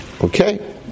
Okay